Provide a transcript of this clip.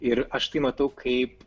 ir aš tai matau kaip